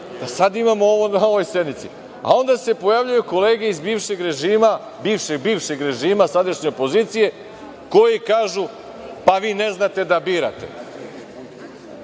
sada imamo ovo na ovoj sednici, a onda se pojavljuju kolege iz bivšeg režima, bivšeg bivšeg režima, sadašnje opozicije, koji kažu – pa vi ne znate da birate. Evo